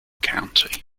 county